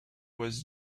was